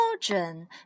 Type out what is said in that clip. Children